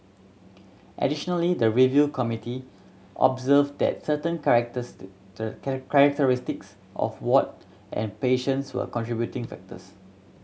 additionally the review committee observed that certain characteristic characteristics of ward and patients were contributing factors